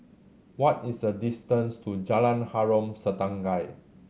what is the distance to Jalan Harom Setangkai